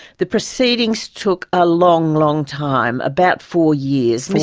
the proceedings took a long, long time, about four years.